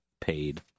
paid